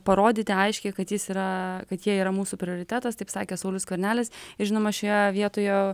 parodyti aiškiai kad jis yra kad jie yra mūsų prioritetas taip sakė saulius skvernelis žinoma šioje vietoje